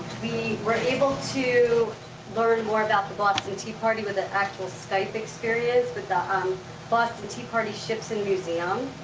we were able to learn more about the boston tea party with an actual skype experience with the um boston tea party ships and museum,